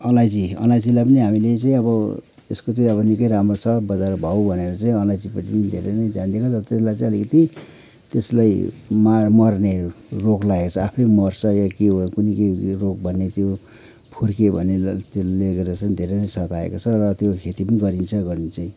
अलैँची अलैँचीलाई पनि हामीले चाहिँ अब यसको चाहिँ अब निकै राम्रो छ बजार भाउ भनेर चाहिँ अलैँचीपट्टि पनि धेरै नै ध्यान दिएको तर त्यसलाई चाहिँ अलिकति त्यसलाई मार मर्ने रोग लागेको छ आफै मर्छ या के हो कुन्नि के रोग भन्नै त्यो फुर्के भन्ने त्यो लेको रहेछ नि त्यो धेरै नै सताएको छ र त्यो खेती पनि गरिन्छ गर्नु चाहिँ